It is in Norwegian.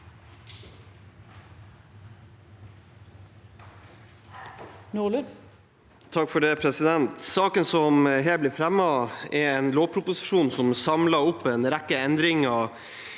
(komiteens le- der): Saken som her blir fremmet, er en lovproposisjon som samler opp en rekke endringer